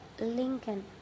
Lincoln